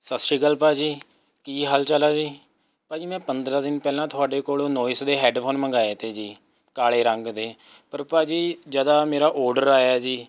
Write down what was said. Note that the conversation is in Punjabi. ਸਤਿ ਸ੍ਰੀ ਅਕਾਲ ਭਾਅ ਜੀ ਕੀ ਹਾਲ ਚਾਲ ਹੈ ਜੀ ਭਾਅ ਜੀ ਮੈਂ ਪੰਦਰਾਂ ਦਿਨ ਪਹਿਲਾਂ ਤੁਹਾਡੇ ਕੋਲੋਂ ਨੁਆਇਸ ਦੇ ਹੈੱਡਫੋਨ ਮੰਗਵਾਏ ਤੇ ਜੀ ਕਾਲੇ ਰੰਗ ਦੇ ਪਰ ਭਾਅ ਜੀ ਜਦ ਮੇਰਾ ਔਰਡਰ ਆਇਆ ਜੀ